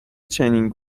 چنین